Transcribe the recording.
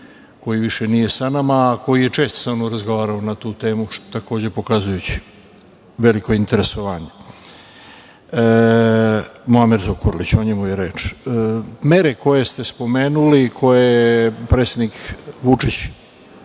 koji više nije sa nama, a koji je često sa mnom razgovarao na tu temu, takođe pokazujući veliko interesovanje, Muamer Zukorlić. O njemu je reč. Mere koje ste spomenuli i koje je predsednik Vučić